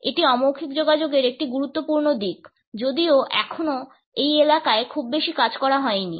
এটি অ মৌখিক যোগাযোগের একটি গুরুত্বপূর্ণ দিক যদিও এখনও এই এলাকায় খুব বেশি কাজ করা হয়নি